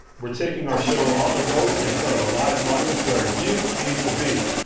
we're taking our show on the road in front of a live audience where you need to be.